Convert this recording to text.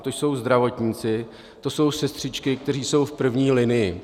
To jsou zdravotníci, to jsou sestřičky, kteří jsou v první linii.